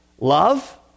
love